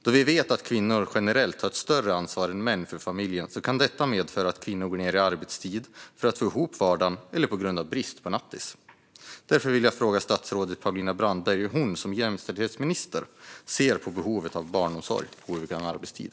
Då vi vet att kvinnor generellt tar ett större ansvar än män för familjen kan detta medföra att kvinnor går ned i arbetstid för att få ihop vardagen eller på grund av bristen på nattis. Därför vill jag fråga statsrådet Paulina Brandberg hur hon som jämställdhetsminister ser på behovet av barnomsorg på obekväm arbetstid.